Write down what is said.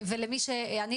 תראו,